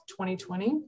2020